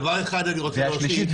דבר אחד אני רוצה להוסיף.